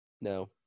No